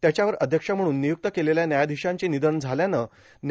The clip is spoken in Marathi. त्याच्यावर अध्यक्ष म्हणून नियुक्त केलेल्या न्यायाधिशांचे निधन झाल्यानं न्या